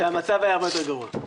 והמצב היה הרבה יותר גרוע.